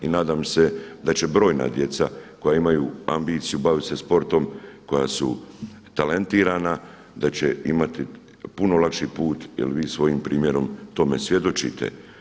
I nadam se da će brojna djeca koja imaju ambiciju baviti se sportom koja su talentirana da će imati puno lakši put jer vi svojim primjerom tome svjedočite.